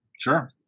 Sure